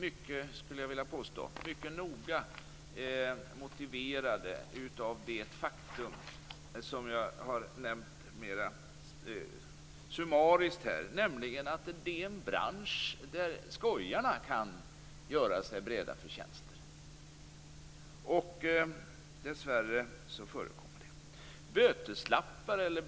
Jag skulle vilja påstå att de är mycket noga motiverade av det faktum som jag har nämnt mer summariskt här, nämligen att det är en bransch där skojarna kan göra sig beredda för tjänster. Dessvärre förekommer det.